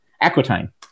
Aquitaine